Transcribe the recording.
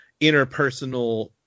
interpersonal